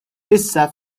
issa